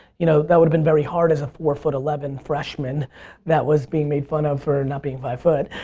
you know that would have been very hard as a four foot eleven freshman that was being made fun of for not being five foot.